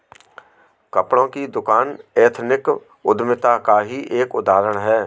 कपड़ों की दुकान एथनिक उद्यमिता का ही एक उदाहरण है